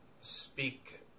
Speak